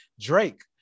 Drake